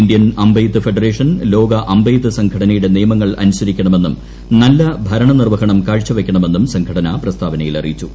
Indian അമ്പെയ്ത്ത് federation ലോക അമ്പെയ്ത്ത് സംഘടനയുടെ നിയമങ്ങൾ അനുസരിക്കണമെന്നും നല്ല ഭരണ നിർവ്വഹണം കാഴ്ചവെയ്ക്കണമെന്നും സംഘടന പ്രസ്താവനയിൽ അറിയിച്ചു